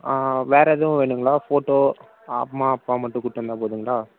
ஆ வேறு எதும் வேணுங்களா ஃபோட்டோ அம்மா அப்பா மட்டும் கூபிட்டு வந்தால் போதுங்களா